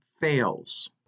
fails